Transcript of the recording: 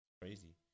Crazy